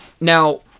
Now